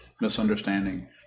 misunderstanding